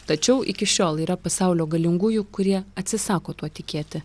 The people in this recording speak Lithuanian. tačiau iki šiol yra pasaulio galingųjų kurie atsisako tuo tikėti